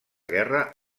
guerra